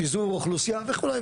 פיזור אוכלוסייה וכו'.